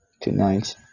Tonight